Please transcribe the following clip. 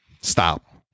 stop